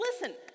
listen